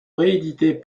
rééditée